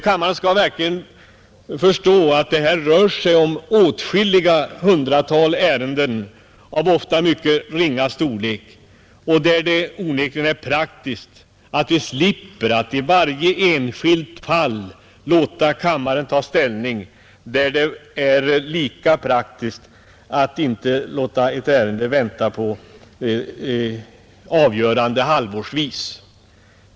Kammaren skall verkligen förstå att det här rör sig om åtskilliga hundratal ärenden av ofta mycket ringa storlek. Det är onekligen praktiskt att vi slipper att i varje särskilt fall låta kammaren ta ställning, vilket skulle kunna medföra att ärenden finge vänta på avgörande halvårsvis.